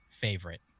favorite